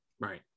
Right